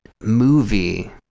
movie